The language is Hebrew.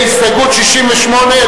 הסתייגות 65,